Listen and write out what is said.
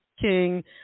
King